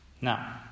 Now